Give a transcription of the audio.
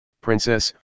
princess